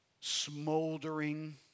smoldering